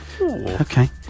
Okay